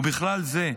ובכלל זה,